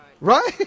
Right